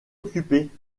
occupée